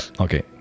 Okay